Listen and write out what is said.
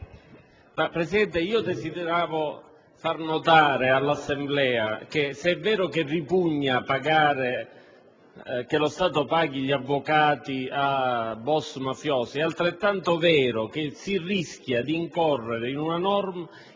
Presidente, desidero far notare all'Assemblea che, se è vero che ripugna che lo Stato paghi gli avvocati ai boss mafiosi, è altrettanto vero che si rischia di incorrere in un grave